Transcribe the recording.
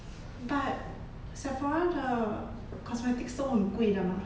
but sephora 的 cosmetics 都很贵的 mah